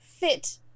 fit